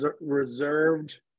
reserved